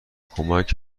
کمک